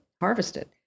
harvested